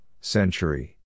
century